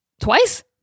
twice